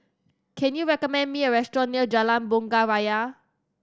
can you recommend me a restaurant near Jalan Bunga Raya